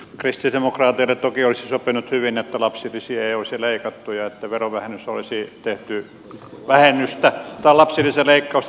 kristillisdemokraateille toki olisi sopinut hyvin että lapsilisiä ei olisi leikattu ja ettei verovähennystä olisi tehty vaan pienennetty lapsilisäleikkausta